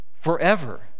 forever